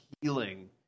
healing